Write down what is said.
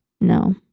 No